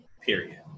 period